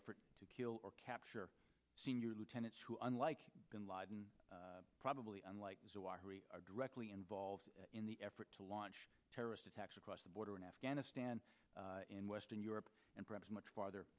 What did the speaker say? effort to kill or capture senior lieutenants who unlike bin laden probably unlike are directly involved in the effort to launch terrorist attacks across the border in afghanistan in western europe and perhaps much farther